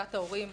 בהנהגת ההורים.